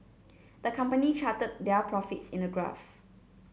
the company charted their profits in a graph